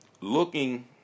looking